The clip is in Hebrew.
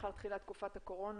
לאחר תקופת הקורונה,